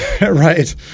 Right